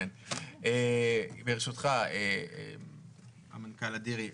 ברשותך המנכ"ל אדירי,